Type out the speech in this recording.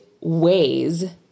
ways